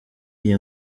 iyi